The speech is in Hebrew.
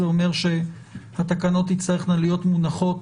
זה אומר שהתקנות תצטרכנה להיות מונחות